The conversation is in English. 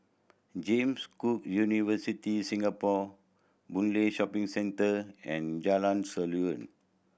James Cook University Singapore Boon Lay Shopping Centre and Jalan Seruling